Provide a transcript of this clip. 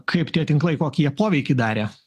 kaip tie tinklai kokį jie poveikį darė